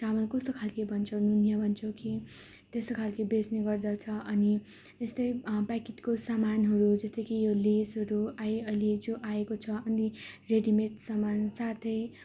चामल कस्तो खालके भन्छौ नुनिया भन्छौ कि त्यस्तो खालके बेच्नेगर्दछ अनि यस्तै प्याकेटको सामानहरू जस्तो कि यो लेजहरू आइ अहिले जो आएको छ अनि रेडिमेड सामान साथै